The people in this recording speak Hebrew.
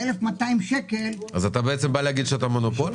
להגיד שאתה מונופול?